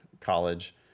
college